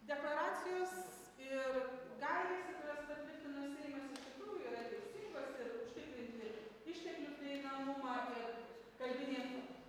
deklaracijos ir gairėse kurias patvirtino seimas iš tikrųjų yra teisingos ir užtikrinti išteklių prieinamumą ir kalbinės